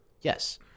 Yes